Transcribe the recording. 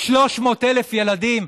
300,000 ילדים,